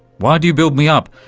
why do you build me up?